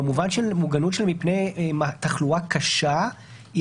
במובן של מוגנות שלהם מפני תחלואה קשה היא